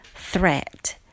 threat